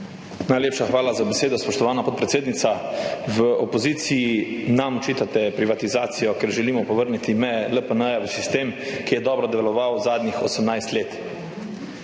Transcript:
Najlepša hvala za besedo, spoštovana podpredsednica. V opoziciji nam očitate privatizacijo, ker želimo povrniti meje LPN v sistem, ki je dobro deloval zadnjih 18 let.